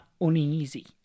uneasy